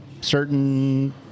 certain